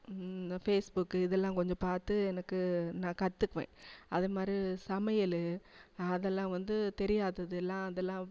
இந்த ஃபேஸ்புக்கு இதெல்லாம் கொஞ்சம் பார்த்து எனக்கு நான் கற்றுக்குவேன் அதை மாதிரி சமையல் அதெல்லாம் வந்து தெரியாதது எல்லாம் அதெல்லாம்